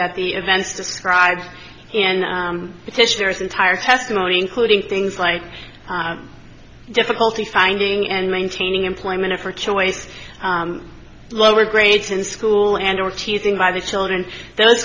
that the events described and hysterics entire testimony including things like difficulty finding and maintaining employment for choice lower grades in school and or teasing by the children those